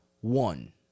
one